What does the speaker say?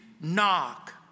knock